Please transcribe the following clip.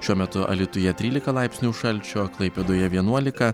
šiuo metu alytuje trylika laipsnių šalčio klaipėdoje vienuolika